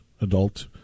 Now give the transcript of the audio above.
adult